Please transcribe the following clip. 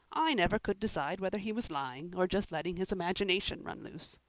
i never could decide whether he was lying or just letting his imagination run loose.